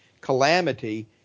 calamity